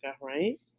right